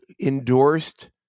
endorsed